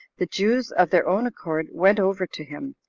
the jews, of their own accord, went over to him,